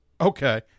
okay